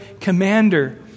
commander